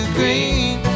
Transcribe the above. green